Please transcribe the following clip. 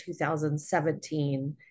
2017